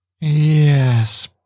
Yes